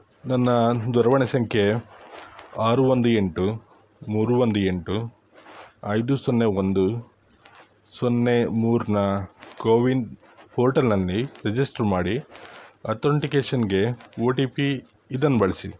ನನ್ನ ದೂರವಾಣಿ ಸಂಖ್ಯೆ ಆರು ಒಂದು ಎಂಟು ಮೂರು ಒಂದು ಎಂಟು ಐದು ಸೊನ್ನೆ ಒಂದು ಸೊನ್ನೆ ಮೂರನ್ನ ಕೋವಿನ್ ಪೋರ್ಟಲ್ನಲ್ಲಿ ರಿಜಿಸ್ಟ್ರ್ ಮಾಡಿ ಅತೊಂಟಿಕೇಷನ್ಗೆ ಒ ಟಿ ಪಿ ಇದನ್ನು ಬಳಸಿ